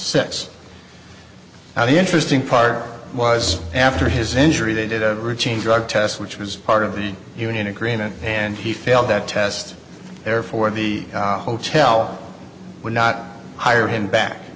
six now the interesting part was after his injury they did a routine drug test which was part of the union agreement and he failed that test therefore the hotel would not hire him back